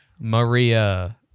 Maria